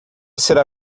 será